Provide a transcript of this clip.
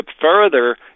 further